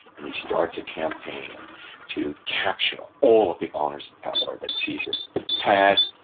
and he starts a campaign to capture all of the honors and power that caesar had.